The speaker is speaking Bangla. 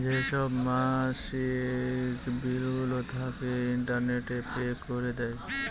যেসব মাসিক বিলগুলো থাকে, ইন্টারনেটে পে করে দেয়